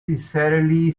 sincerely